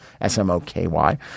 S-M-O-K-Y